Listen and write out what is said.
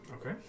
Okay